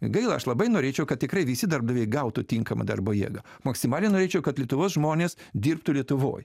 gaila aš labai norėčiau kad tikrai visi darbdaviai gautų tinkamą darbo jėgą maksimaliai norėčiau kad lietuvos žmonės dirbtų lietuvoj